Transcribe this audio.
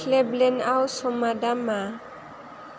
क्लेबलेन्दआव समा दा मा